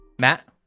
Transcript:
Matt